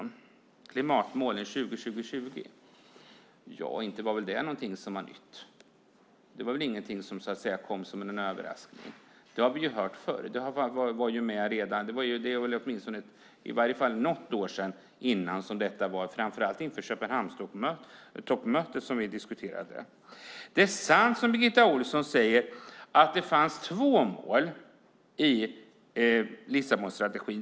När det gäller klimatmålen 20-20-20 är det inget nytt och kom knappast som en överraskning. Det har vi hört förr. Det diskuterades redan inför Köpenhamnstoppmötet. Det är sant som Birgitta Ohlsson säger att det fanns två mål i Lissabonstrategin.